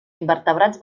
invertebrats